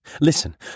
Listen